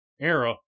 era